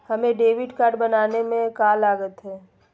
हमें debit card बनाने में का लागत?